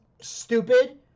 stupid